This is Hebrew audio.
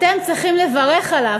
אתם צריכים לברך עליו,